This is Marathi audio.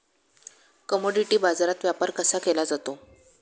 कमॉडिटी बाजारात व्यापार कसा केला जातो?